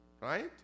right